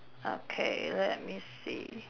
okay let me see